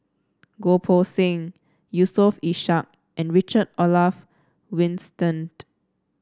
Goh Poh Seng Yusof Ishak and Richard Olaf Winstedt